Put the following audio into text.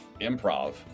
improv